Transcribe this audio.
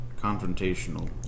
confrontational